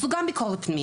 זו גם ביקורת פנימית.